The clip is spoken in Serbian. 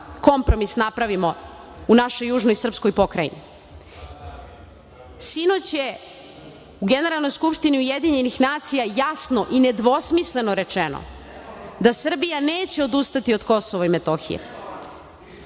kompromis napravimo u našoj južnoj srpskoj pokrajini. Sinoć je u Generalnoj skupštini UN jasno i nedvosmisleno rečeno da Srbija neće odustati od KiM. Sinoć je